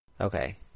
Okay